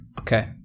okay